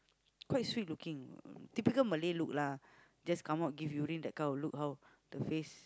quite sweet looking typical Malay look lah just come out give that kind of look how the face